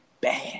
bad